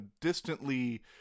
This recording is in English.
distantly